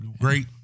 Great